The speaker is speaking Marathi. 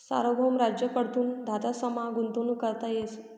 सार्वभौम राज्य कडथून धातसमा गुंतवणूक करता येस